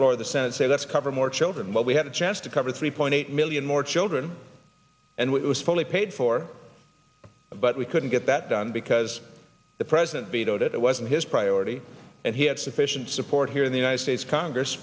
floor of the senate say let's cover more children but we had a chance to cover three point eight million more children and it was fully paid for but we couldn't get that done because the president vetoed it it wasn't his priority and he had sufficient support here in the united states congress